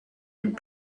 would